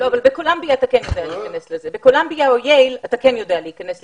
אבל באוניברסיטת קולומביה או ייל אתה כן יודע להיכנס לזה.